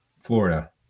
Florida